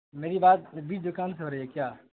میری بات دکان سے ہو رہی ہے کیا